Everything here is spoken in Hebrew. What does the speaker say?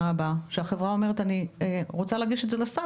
הבאה; תרופות שהחברה אומרת שהיא רוצה להגיש את זה לסל